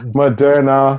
moderna